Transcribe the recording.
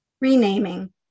Renaming